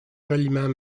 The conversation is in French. joliment